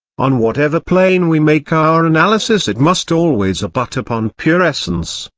on whatever plane we make our analysis it must always abut upon pure essence,